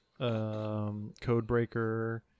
Codebreaker